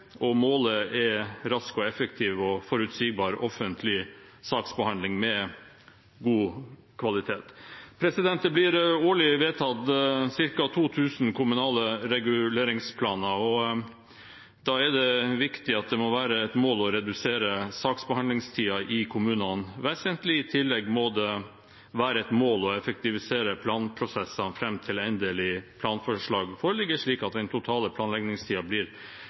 og målet er rask, effektiv og forutsigbar offentlig saksbehandling med god kvalitet. Det blir årlig vedtatt ca. 2 000 kommunale reguleringsplaner, og da er det viktig at det må være et mål å redusere saksbehandlingstiden i kommunene vesentlig. I tillegg må det være et mål å effektivisere planprosessene fram til endelig planforslag foreligger, slik at den totale planleggingstiden blir